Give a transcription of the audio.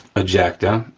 ejector,